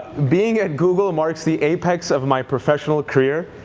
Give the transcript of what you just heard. being at google marks the apex of my professional career.